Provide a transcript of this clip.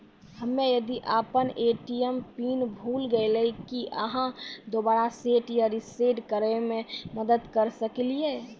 हम्मे यदि अपन ए.टी.एम पिन भूल गलियै, की आहाँ दोबारा सेट या रिसेट करैमे मदद करऽ सकलियै?